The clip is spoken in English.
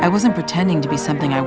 i wasn't pretending to be something i